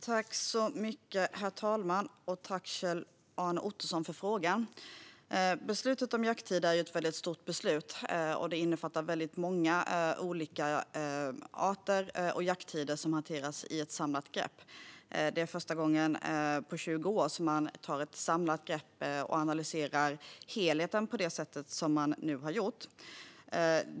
Herr talman! Jag tackar Kjell-Arne Ottosson för frågan. Beslutet om jakttider är ett väldigt stort beslut. Det innefattar väldigt många olika arter och jakttider som hanteras i ett samlat grepp. Det är första gången på 20 år som man tar ett samlat grepp och analyserar helheten på det sätt som man nu har gjort.